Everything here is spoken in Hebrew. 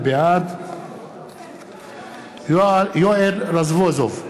בעד יואל רזבוזוב,